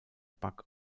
bug